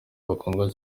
bakundwa